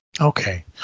Okay